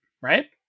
Right